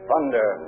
Thunder